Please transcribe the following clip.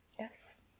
Yes